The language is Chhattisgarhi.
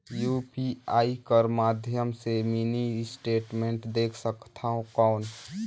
यू.पी.आई कर माध्यम से मिनी स्टेटमेंट देख सकथव कौन?